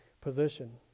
position